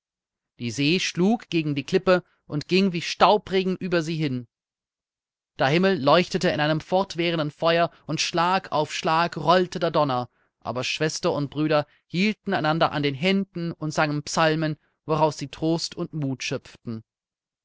die see schlug gegen die klippe und ging wie staubregen über sie hin der himmel leuchtete in einem fortwährenden feuer und schlag auf schlag rollte der donner aber schwester und brüder hielten einander an den händen und sangen psalmen woraus sie trost und mut schöpften